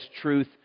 truth